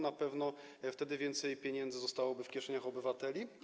Na pewno wtedy więcej pieniędzy zostałoby w kieszeniach obywateli.